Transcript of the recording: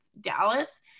Dallas